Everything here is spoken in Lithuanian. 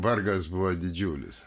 vargas buvo didžiulis